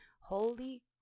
holy